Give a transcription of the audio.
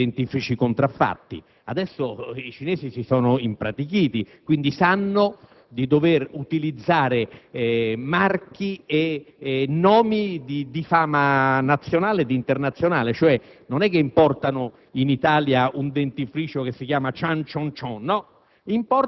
il dentifricio contraffatto. Adesso, i Cinesi si sono impratichiti: sanno, quindi, di dover utilizzare marchi e nomi di fama nazionale e internazionale, cioè, non importano in Italia un dentifricio che si chiama «*Cian cion cion*»,